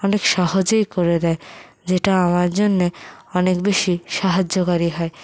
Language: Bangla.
অনেক সহজেই করে দেয় যেটা আমার জন্যে অনেক বেশি সাহায্যকারি হয়